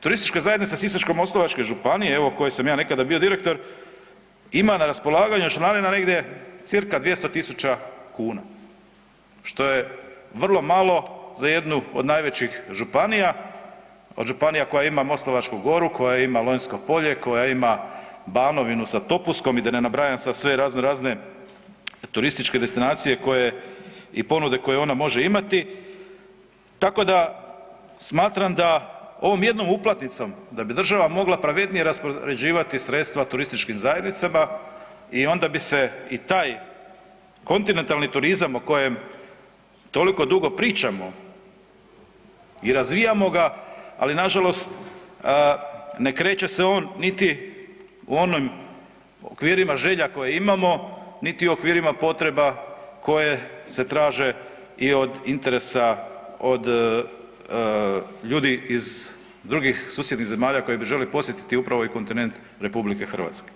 Turistička zajednica Sisačko-moslavačke županije, evo u kojoj sam ja nekada bio direktor, ima na raspolaganju članarina negdje cca. 200.000 kn, što je vrlo malo za jednu od najvećih županija, a županija koja ima Moslavačku goru, koja ima Lonjsko polje, koja ima Banovinu sa Topuskom i da ne nabrajam sad sve razno razne turističke destinacije i ponude koje ona može imati, tako da smatram da ovom jednom uplatnicom da bi država mogla pravednije raspoređivati sredstva turističkim zajednicama i onda bi se i taj kontinentalni turizam o kojem toliko dugo pričamo i razvijamo ga, ali nažalost ne kreće se on niti u onim okvirima želja koje imamo, niti okvirima potreba koje se traže i od interesa od ljudi iz drugih susjednih zemalja koji bi željeli podsjetiti upravo i kontinent RH.